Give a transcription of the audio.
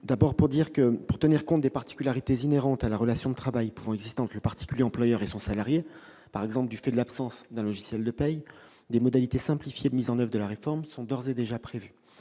d'abord, pour tenir compte des particularités inhérentes à la relation de travail pouvant exister entre le particulier employeur et son salarié, par exemple du fait de l'absence d'un logiciel de paie, des modalités simplifiées de mise en oeuvre de la réforme sont d'ores et déjà prévues.